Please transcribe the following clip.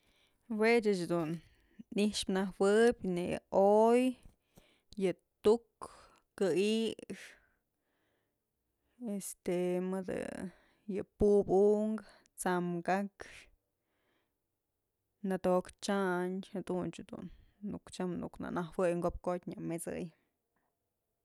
Jue ëc jedun i'ixpë nëjuëb ne'e yë oy, yëtuk, kë'ix, este mëdë pup unkë, tsam akxë, nëdo'okë chyandë jadunch jedun nuk cham nuk na najuey ko'op kotyë nya met'sëy.